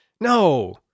No